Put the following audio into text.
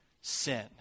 sin